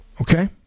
okay